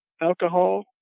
alcohol